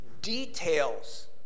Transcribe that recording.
details